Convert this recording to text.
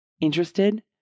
Interested